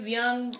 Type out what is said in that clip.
young